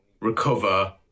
recover